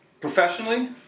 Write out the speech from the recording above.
professionally